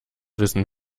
wissen